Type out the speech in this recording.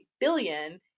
billion